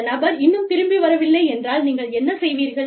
அந்த நபர் இன்னும் திரும்பி வரவில்லை என்றால் நீங்கள் என்ன செய்வீர்கள்